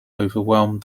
overwhelmed